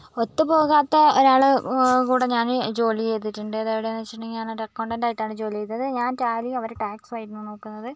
ഒത്തുപോകാത്ത ഒരാള് കൂടെ ഞാന് ജോലി ചെയ്തിട്ടുണ്ട് അതെവിടെയാണെന്ന് വെച്ചിട്ടുണ്ടെങ്കിൽ ഞാനൊരു അക്കൗണ്ടൻറ്റ് ആയിട്ടാണ് ജോലി ചെയ്തത് ഞാൻ ടാലി അവര് ടാക്സായിരുന്നു നോക്കുന്നത്